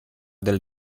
del